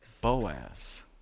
Boaz